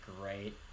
great